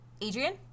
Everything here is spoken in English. Adrian